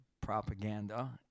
propaganda